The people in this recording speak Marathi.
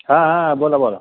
हा हा बोला बोला